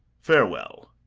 farewell!